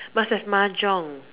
must have Mahjong